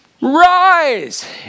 Rise